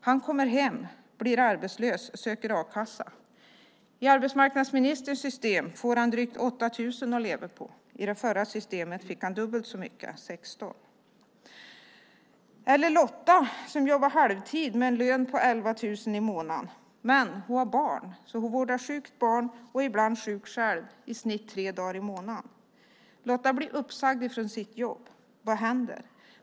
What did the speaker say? Han kommer hem, blir arbetslös och söker a-kassa. I arbetsmarknadsministerns system får han drygt 8 000 kronor att leva på. I det förra systemet fick han dubbelt så mycket - 16 000 kronor. Jag kan även ta Lotta som exempel. Hon jobbar halvtid med en lön på 11 000 kronor i månaden. Men hon har barn, och hon vårdar ibland sjukt barn och är ibland sjuk själv - i snitt tre dagar i månaden. Lotta blir uppsagd från sitt jobb. Vad händer?